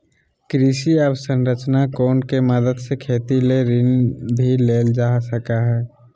कृषि अवसरंचना कोष के मदद से खेती ले ऋण भी लेल जा सकय हय